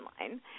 online